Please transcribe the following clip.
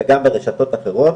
וגם ברשתות אחרות.